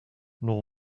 nor